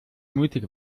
mutig